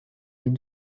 les